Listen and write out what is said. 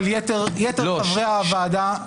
אבל יתר חברי הוועדה,